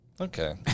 Okay